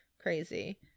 crazy